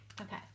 Okay